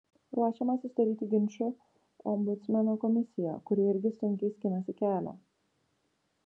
ruošiamasi sudaryti ginčų ombudsmeno komisiją kuri irgi sunkiai skinasi kelią